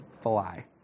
fly